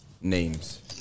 names